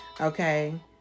Okay